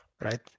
right